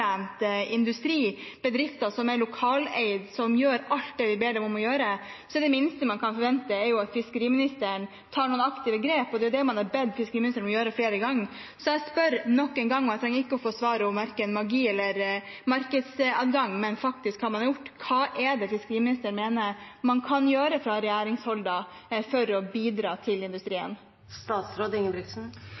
industri, bedrifter som er lokaleide, som gjør alt det vi ber dem om å gjøre, da er det minste man kan forvente at fiskeriministeren tar noen aktive grep. Og det er det man har bedt fiskeriministeren om å gjøre flere ganger. Så jeg spør nok en gang, og jeg trenger ikke å få som svar verken magi eller markedsadgang, men hva det er man faktisk har gjort: Hva er det fiskeriministeren mener man kan gjøre fra regjeringshold for å bidra til industrien?